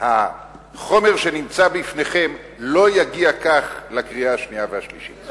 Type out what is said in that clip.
החומר שנמצא לפניכם לא יגיע כך לקריאה שנייה ולקריאה שלישית.